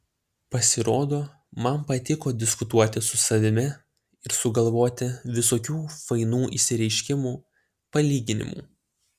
pasirodo man patiko diskutuoti su savimi ir sugalvoti visokių fainų išsireiškimų palyginimų